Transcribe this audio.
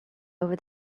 over